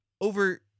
over